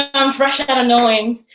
i'm fresh outta knowing,